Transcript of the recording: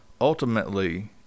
Ultimately